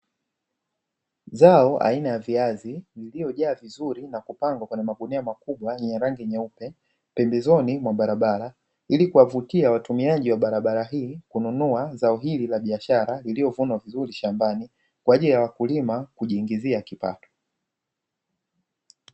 Zao aina ya viazi lililojaa vizuri na kupangwa kwenye magunia makubwa yenye rangi nyeupe, pembezoni mwa barabara, ili kuwavutia watumiaji wa barabaraba hii kununua zao hili la biashara iliyovunwa vizuri shambani, kwa ajili ya wakulima kujiingizia kipato.